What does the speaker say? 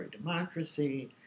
democracy